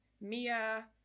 Mia